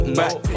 back